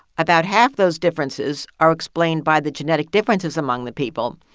about half those differences are explained by the genetic differences among the people,